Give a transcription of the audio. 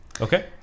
Okay